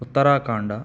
Uttarakhand